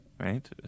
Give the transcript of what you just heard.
right